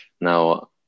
Now